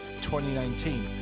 2019